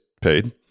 paid